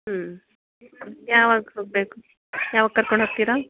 ಹ್ಞೂ ಯಾವಾಗ ಹೋಗಬೇಕು ಯಾವಾಗ ಕರ್ಕೊಂಡು ಹೋಗ್ತಿರಾ